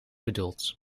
bedoelt